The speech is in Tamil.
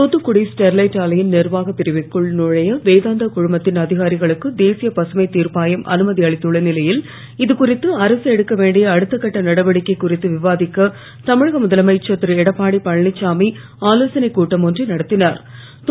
தூத்துக்குடி ஸ்டெர்லைட் ஆலையின் நிர்வாகப் பிரிவிற்குள் நுழைய வேதாந்தா குழமத்தின் அதிகாரிகளுக்கு தேசிய பசுமைத் திர்ப்பாயம் அனுமதி அளித்துள்ள நிலையில் இதுகுறித்து அரசு எடுக்கவேண்டிய அடுத்தகட்ட நடவடிக்கை குறித்து விவாதிக்க தமிழக முதலமைச்சர் திருஎடப்பாடியழனிச்சாமி ஆலோசனைக் கூட்டம் ஒன்றை நடத்திஞர்